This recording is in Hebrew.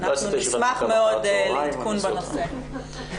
אבל הכאב הזה הוא כאב מעבר לסבל שאני